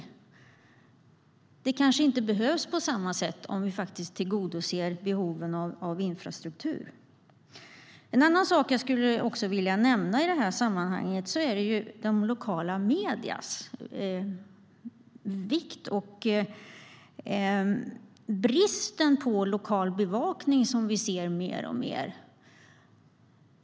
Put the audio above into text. Riskkapital kanske inte behövs på samma sätt, om vi tillgodoser behoven av infrastruktur. En annan sak i sammanhanget är vikten av lokala medier och bristen på lokal bevakning som vi ser alltmer av.